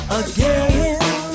again